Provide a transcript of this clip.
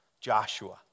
Joshua